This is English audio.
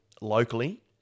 locally